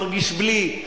מרגיש בלי.